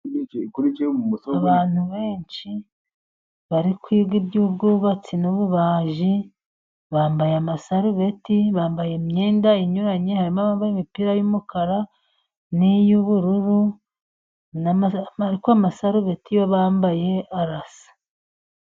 Abantu benshi bari kwiga iby'ubwubatsi n'ububaji, bambaye amasarubeti, bambaye imyenda inyuranye, harimo abambaye imipira y'umukara n'iy'ubururu, ariko amasarobeti yo bambaye arasa.